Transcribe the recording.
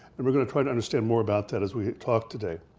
and we're gonna try to understand more about that as we talk today.